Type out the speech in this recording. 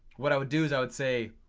what i would do is i would say,